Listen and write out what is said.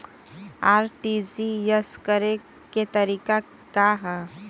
RTGS करे के तरीका का हैं?